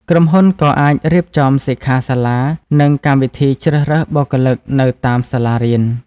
ក្រុមហ៊ុនក៏អាចរៀបចំ សិក្ខាសាលា និងកម្មវិធីជ្រើសរើសបុគ្គលិកនៅតាមសាលារៀន។